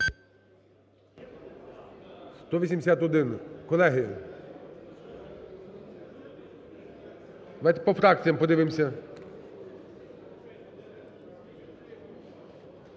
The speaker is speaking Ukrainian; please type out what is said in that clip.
За-181 Колеги, давайте по фракціям подивимося.